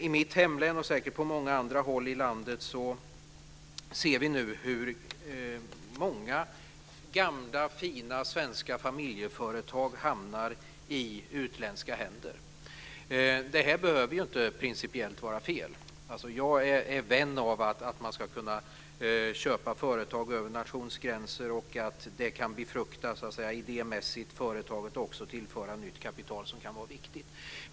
I mitt hemlän, och säkert på många andra håll i landet, ser vi nu hur många gamla fina svenska familjeföretag hamnar i utländska händer. Detta behöver principiellt inte vara fel. Jag är vän av att man ska kunna köpa företag över nationsgränser och att det idémässigt kan befrukta företaget och tillföra nytt kapital som kan vara viktigt.